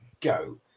go